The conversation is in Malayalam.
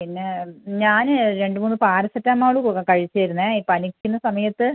പിന്നെ ഞാൻ രണ്ട് മൂന്ന് പാരസെറ്റമോളും കഴിച്ചിരുന്നേ ഈ പനിക്കുന്ന സമയത്ത്